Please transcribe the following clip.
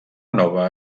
nova